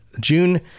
June